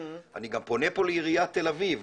אני גם פונה פה לעיריית תל אביב,